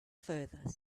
furthest